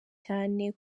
cyane